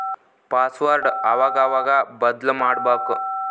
password ಅವಾಗವಾಗ ಬದ್ಲುಮಾಡ್ಬಕು